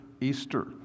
Easter